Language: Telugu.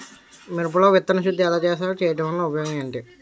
మిరప లో విత్తన శుద్ధి ఎలా చేస్తారు? చేయటం వల్ల ఉపయోగం ఏంటి?